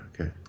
Okay